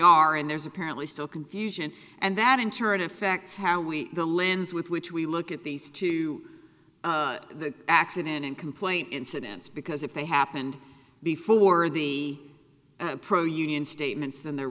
are and there's apparently still confusion and that in turn affects how we the lens with which we look at these two the accident and complaint incidents because if they happened before the pro union statements then they're